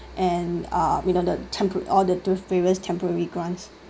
and um you know the tempo~ all the various temporary grants